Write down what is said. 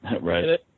Right